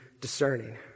discerning